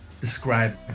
describe